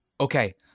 Okay